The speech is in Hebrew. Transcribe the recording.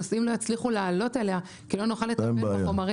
הנושאים לא יצליחו לעלות אליה כי לא נוכל לטפל בחומרים.